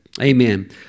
Amen